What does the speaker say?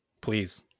Please